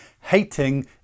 hating